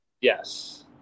Yes